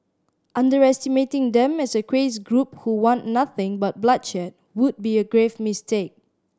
underestimating them as a crazed group who want nothing but bloodshed would be a grave mistake